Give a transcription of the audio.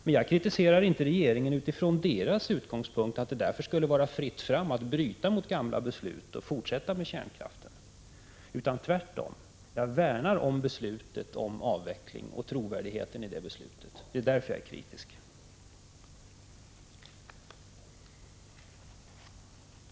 Men jag kritiserar inte regeringen utifrån utgångspunkten att det därför skulle vara fritt fram att bryta mot gamla beslut och fortsätta med kärnkraften. Tvärtom — jag värnar om beslutet om avveckling och om trovärdigheten i det beslutet. Det är därför jag är kritisk.